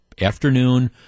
afternoon